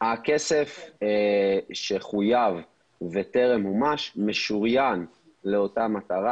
הכסף שחויב וטרם מומש משוריין לאותה מטרה.